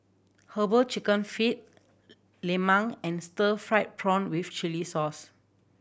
Herbal Chicken Feet lemang and stir fried prawn with chili sauce